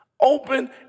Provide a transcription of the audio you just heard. open